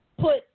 put